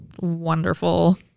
wonderful